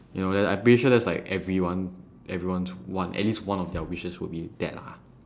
you know that I'm pretty sure that's like everyone everyone's one at least one of their wishes would be that lah